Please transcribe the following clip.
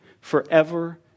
forever